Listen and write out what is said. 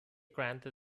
granted